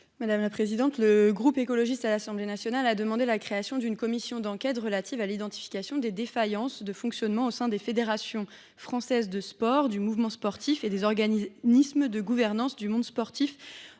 Mathilde Ollivier. Le groupe écologiste à l’Assemblée nationale a demandé la création d’une commission d’enquête relative à l’identification des défaillances de fonctionnement au sein des fédérations françaises de sport, du mouvement sportif et des organismes de gouvernance du monde sportif